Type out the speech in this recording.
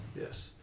yes